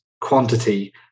quantity